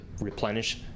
replenish